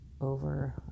over